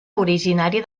originari